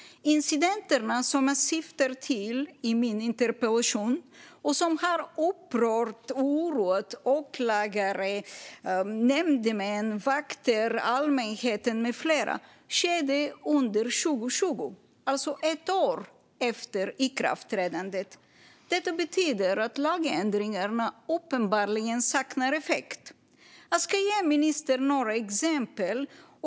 Incidenterna som jag syftar på i min interpellation och som har upprört och oroat åklagare, nämndemän, vakter, allmänheten med flera skedde under 2020, alltså ett år efter ikraftträdandet. Detta betyder att lagändringarna uppenbarligen saknar effekt. Jag ska ge ministern några exempel.